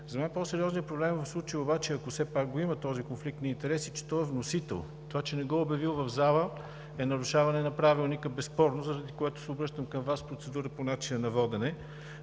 За мен по-сериозният проблем в случая обаче е, ако все пак го има този конфликт на интереси, че той е вносител. Това, че не го е обявил в залата, безспорно е нарушаване на Правилника, заради което се обръщам към Вас с процедура по начина на водене.